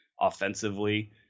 offensively